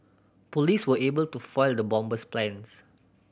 police were able to foil the bomber's plans